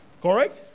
Correct